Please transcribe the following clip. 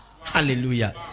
Hallelujah